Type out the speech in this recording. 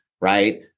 right